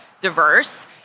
diverse